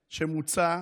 המחמאות,